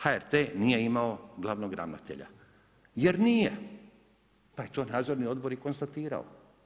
HRT nije imao glavnog ravnatelja jer nije, pa je to nadzorni odbor i konstatirao.